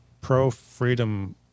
pro-freedom